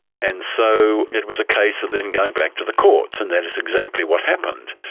and so it was a case of then going back to the courts and that is exactly what happened.